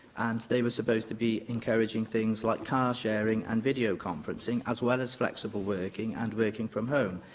and they were supposed to be encouraging things like car sharing and video-conferencing as well as flexible working and working from home.